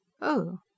Oh